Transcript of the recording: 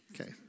Okay